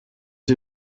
wir